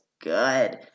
good